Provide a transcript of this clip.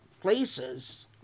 places